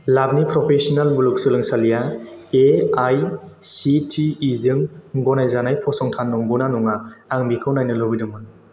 लाभलि professional मुलुगसोलोंसालिआ A I C T E जों गनायजानाय फसंथान नंगौना नङा आं बेखौ नायनो लुबैदोंमोन